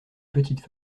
petites